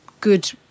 good